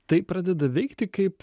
tai pradeda veikti kaip